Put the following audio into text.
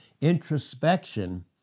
Introspection